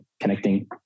connecting